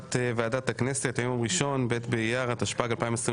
ישיבת ועדת הכנסת היום ראשון ב' באייר התשפ"ג 2023,